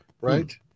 right